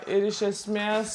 ir iš esmės